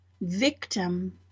victim